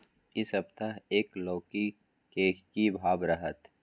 इ सप्ताह एक लौकी के की भाव रहत?